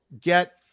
get